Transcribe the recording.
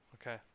Okay